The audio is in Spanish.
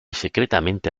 secretamente